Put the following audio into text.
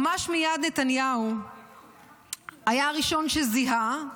ממש מייד נתניהו היה הראשון שזיהה,